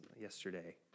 yesterday